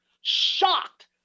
shocked